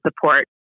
support